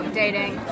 dating